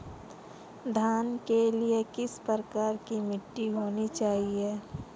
धान के लिए किस प्रकार की मिट्टी होनी चाहिए?